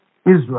Israel